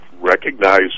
recognize